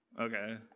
Okay